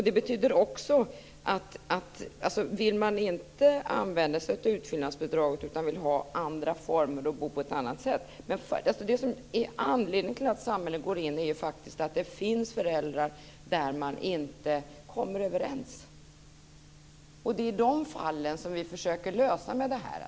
Det kan också betyda att man inte vill använda sig av utfyllnadsbidraget utan ha andra former och bo på ett annat sätt. Anledningen till att samhället går in är faktiskt att det finns situationer med föräldrar där man inte kommer överens. Det är de fallen vi försöker lösa med det här.